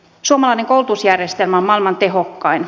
suomalainen koulutusjärjestelmä on maailman tehokkain